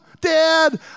dad